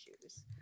issues